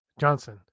Johnson